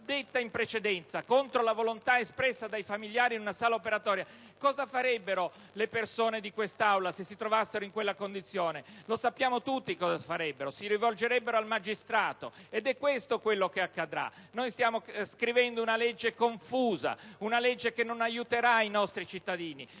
espressa in precedenza e contro la volontà espressa dai familiari in una sala operatoria. Cosa farebbero le persone in quest'Aula se si trovassero in quella condizione? Lo sappiamo tutti cosa farebbero: si rivolgerebbero al magistrato, ed è questo ciò che accadrà! Stiamo scrivendo una legge confusa, una legge che non aiuterà i nostri cittadini,